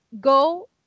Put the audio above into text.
go